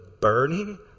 burning